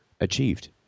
achieved